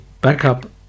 backup